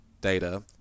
data